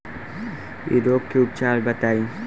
इ रोग के उपचार बताई?